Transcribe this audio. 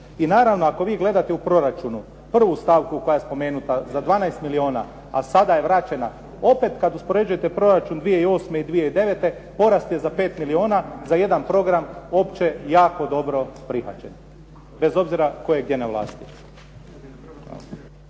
I naravno, ako vi gledate u proračunu prvu stavku koja je spomenuta za 12 milijuna, a sada je vraćena, opet kad uspoređujete proračun 2008. i 2009. porast je za 5 milijuna, za jedan program opće jako dobro prihvaćen, bez obzira tko je gdje ne vlasti.